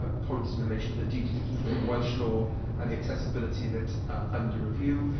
ah points in relation to the duty to keep welsh law and the accessibility of it under review.